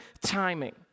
timing